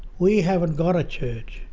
we haven't got a church.